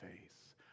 face